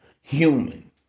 human